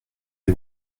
les